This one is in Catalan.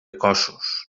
cossos